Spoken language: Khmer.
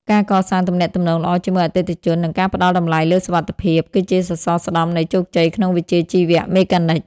ការកសាងទំនាក់ទំនងល្អជាមួយអតិថិជន និងការផ្តល់តម្លៃលើសុវត្ថិភាព គឺជាសសរស្តម្ភនៃជោគជ័យក្នុងវិជ្ជាជីវៈមេកានិក។